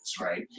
right